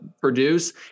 produce